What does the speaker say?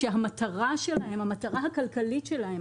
שהמטרה הכלכלית שלהם,